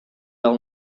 del